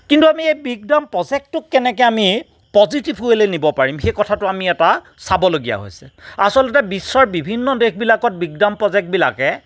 কিন্তু আমি এই বিগডাম প্ৰজেক্টটোক কেনেকে আমি পজিটিভ ৱে'লে নিব পাৰিম সেই কথাটো আমি এটা চাবলগীয়া হৈছে আচলতে বিশ্বৰ বিভিন্ন দেশবিলাকত বিগ ডাম প্ৰজেক্টবিলাকে